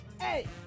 hey